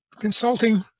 Consulting